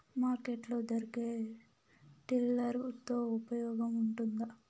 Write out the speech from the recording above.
Market లో దొరికే tiller తో ఉపయోగం ఉంటుందా?